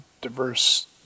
diverse